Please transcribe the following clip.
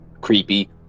creepy